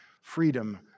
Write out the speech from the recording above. freedom